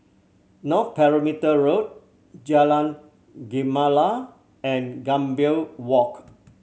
North Perimeter Road Jalan Gemala and Gambir Walk